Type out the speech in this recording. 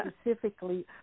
specifically